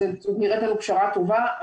זאת נראית לנו פשרה טובה.